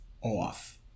off